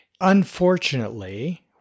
Unfortunately